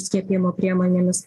skiepijimo priemonėmis